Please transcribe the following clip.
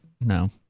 no